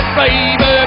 baby